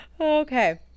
Okay